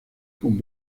con